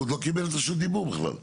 הוא עוד לא קיבל רשות דיבור בכלל.